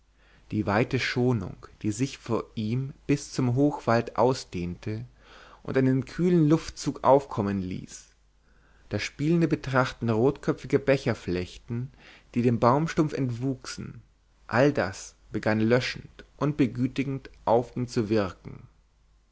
die weite schonung die sich vor ihm bis zum hochwald ausdehnte und einen kühlen luftzug aufkommen ließ das spielende betrachten rotköpfiger becherflechten die dem baumstumpf entwuchsen all das begann löschend und begütigend auf ihn zu wirken